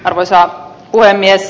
arvoisa puhemies